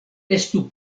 estu